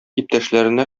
иптәшләренә